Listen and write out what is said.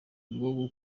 rwo